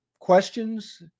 Questions